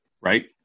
right